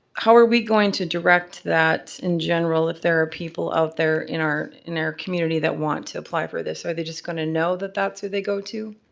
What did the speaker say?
how are we going to direct that, in general, if there are people out there in our in our community that want to apply for this? are they just gonna know that that's who they go to?